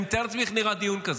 אני מתאר לעצמי איך נראה דיון כזה.